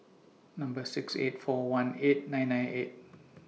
Number six eight four one eight nine nine eight